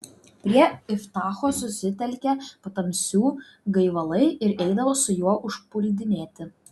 prie iftacho susitelkė patamsių gaivalai ir eidavo su juo užpuldinėti